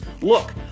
Look